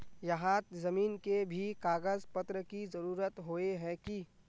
यहात जमीन के भी कागज पत्र की जरूरत होय है की?